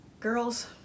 Girls